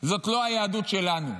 זאת לא היהדות שלנו.